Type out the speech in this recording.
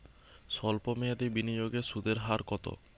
সল্প মেয়াদি বিনিয়োগের সুদের হার কত?